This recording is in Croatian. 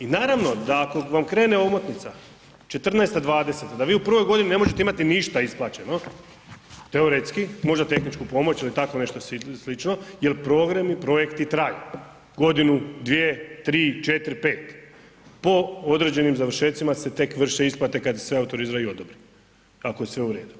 I naravno da ako vam krene omotnica '14./'20. da vi u prvoj godini ne možete imati ništa isplaćeno, teoretski, možda tehničku pomoć ili tako nešto slično jer programi i projekti traju, godinu, dvije, tri, četiri, pet, po određenim završetcima se tek vrše isplate kada sve autorizira i odobri, ako je sve u redu.